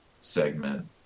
segment